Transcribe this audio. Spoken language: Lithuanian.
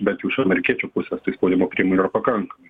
bent jau iš amerikiečių pusės tai spaudimo priemonių yra pakankamai